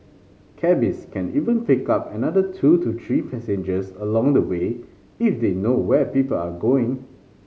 cabbies can even pick up another two to three passengers along the way if they know where people are going